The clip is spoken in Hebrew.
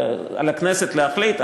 על הכנסת להחליט.